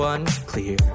Unclear